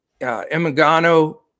Emigano